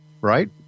right